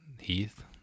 Heath